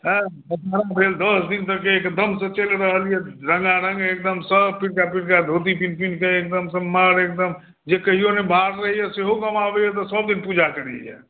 आँय द शहरा भेल दश दिन तक एकदमसँ चलि रहल यऽ रङ्गा रङ्ग एकदम सभ पीरका पीरका धोती किनिकऽ किनिकऽ एकदमसँ मार अपन जे कहियो नहि बाहर रहैया सेहो गाम अबैया तऽ सभदिन पूजा करैया